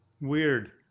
Weird